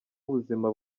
ubuzima